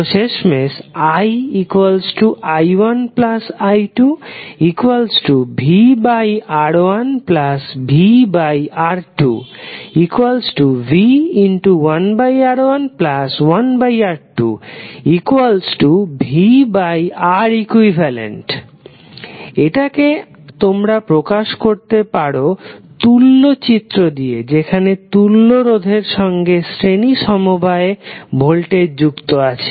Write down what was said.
তো শেষমেশ ii1i2vR1vR2v1R11R2vReq এটাকে তোমরা প্রকাশ করতে পারো তুল্য চিত্র দিয়ে যেখানে তুল্য রোধের সঙ্গে শ্রেণী সমবায়ে ভোল্টেজ যুক্ত আছে